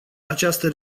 această